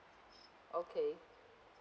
okay